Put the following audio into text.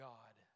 God